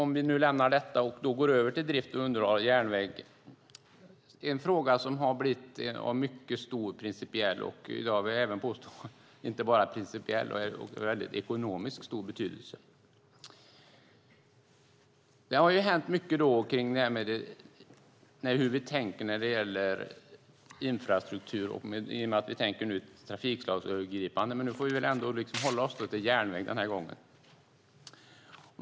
Jag lämnar nu detta och går över till frågan om drift och underhåll av järnväg - en fråga som fått en principiellt och, vill jag påstå, ekonomiskt mycket stor betydelse. Mycket har hänt i hur vi tänker när det gäller infrastruktur i och med att vi nu tänker trafikslagsövergripande. Den här gången får vi väl hålla oss till järnvägen.